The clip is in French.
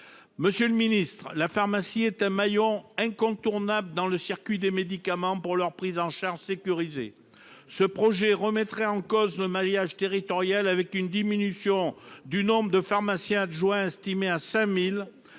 Monsieur le ministre, la pharmacie est un maillon incontournable dans le circuit des médicaments, pour leur prise en charge sécurisée. Ce projet remettrait en cause le maillage territorial, avec une diminution du nombre de pharmaciens adjoints, estimée à 5 000.